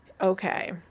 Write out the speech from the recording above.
okay